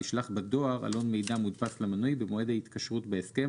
ישלח בדואר עלון מידע מודפס למנוי במועד ההתקשרות בהסכם,